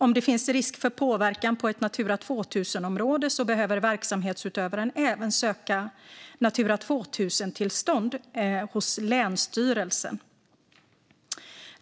Om det finns risk för påverkan på ett Natura 2000-område behöver verksamhetsutövaren även söka Natura 2000-tillstånd hos länsstyrelsen.